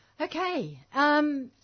Okay